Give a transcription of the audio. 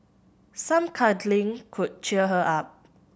some cuddling could cheer her up